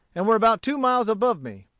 and were about two miles above me.